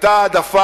מפחת מים